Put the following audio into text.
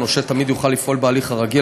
הנושה תמיד יוכל לפעול בהליך הרגיל,